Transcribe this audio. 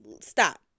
stop